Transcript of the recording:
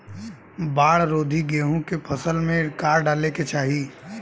बाढ़ रोधी गेहूँ के फसल में का डाले के चाही?